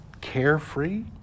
carefree